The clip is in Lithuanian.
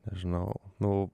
nežinau nu